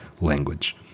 language